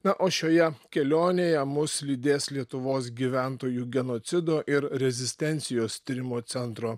na o šioje kelionėje mus lydės lietuvos gyventojų genocido ir rezistencijos tyrimo centro